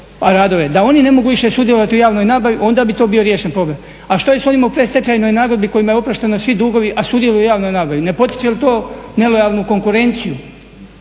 radove? Da oni ne mogu više sudjelovati u javnoj nabavi onda bi to bio riješen problem. A što je s ovima u predstečajnoj nagodbi kojima je oprošteno svi dugovi, a sudjeluju u javnoj nabavi? Ne potiče li to nelojalnu konkurenciju?